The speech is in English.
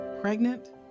Pregnant